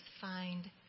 find